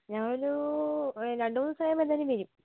ഞാനൊരൂ രണ്ടുമൂന്ന് ദിവസം കഴിയുമ്പോൾ എന്തായാലും വരും